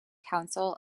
council